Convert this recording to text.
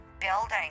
building